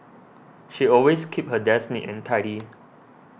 she always keeps her desk neat and tidy